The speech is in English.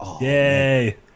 Yay